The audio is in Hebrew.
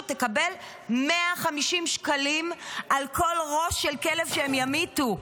יקבלו 150 שקלים על כל ראש של כלב שהם ימיתו.